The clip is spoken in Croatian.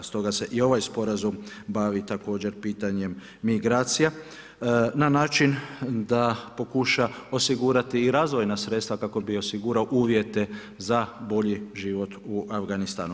Stoga se i ovaj Sporazum bavi također pitanjem migracija na način da pokuša osigurati i razvojna sredstva kako bi osigurao uvjete za bolji život u Afganistanu.